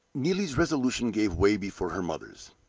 neelie's resolution gave way before her mother's.